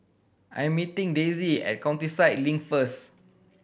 I'm meeting Daisy at Countryside Link first